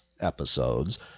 episodes